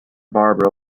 barbara